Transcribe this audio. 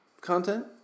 content